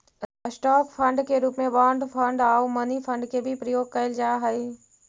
stock fund के रूप में बॉन्ड फंड आउ मनी फंड के भी प्रयोग कैल जा हई